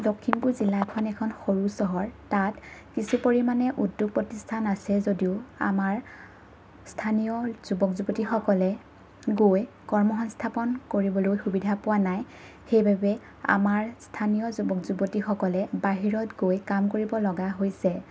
লখিমপুৰ জিলাখন এখন সৰু চহৰ তাত কিছু পৰিমাণে উদ্যোগ প্ৰতিষ্ঠান আছে যদিও আমাৰ স্থানীয় যুৱক যুৱতীসকলে গৈ কৰ্ম সংস্থাপন কৰিবলৈ সুবিধা পোৱা নাই সেইবাবে আমাৰ স্থানীয় যুৱক যুৱতীসকলে বাহিৰত গৈ কাম কৰিব লগা হৈছে